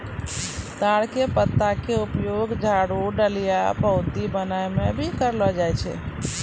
ताड़ के पत्ता के उपयोग झाड़ू, डलिया, पऊंती बनाय म भी करलो जाय छै